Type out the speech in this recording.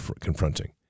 confronting